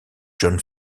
john